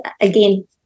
again